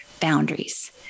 boundaries